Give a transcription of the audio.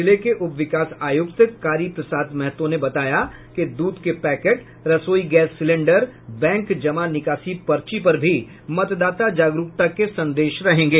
जिले के उप विकास आयुक्त कारी प्रसाद महतो ने बताया कि दूध के पैकेट रसोई गैस सिलेंडर बैंक जमा निकासी पर्ची पर भी मतदाता जागरूकता के संदेश रहेंगे